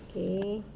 okay